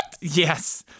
Yes